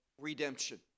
redemption